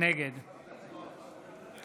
נגד חילי